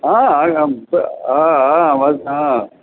आ हा अहं हा